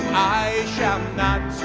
i shall not